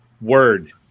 Word